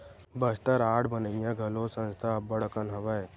Bastar art बनइया घलो संस्था अब्बड़ कन हवय